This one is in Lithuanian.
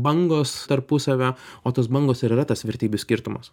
bangos tarpusavio o tos bangos ir yra tas vertybių skirtumas